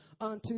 unto